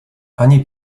ani